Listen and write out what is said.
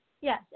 Yes